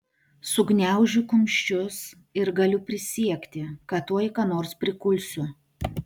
sugniaužiu kumščius ir galiu prisiekti kad tuoj ką nors prikulsiu